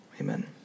amen